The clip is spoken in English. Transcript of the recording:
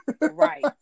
Right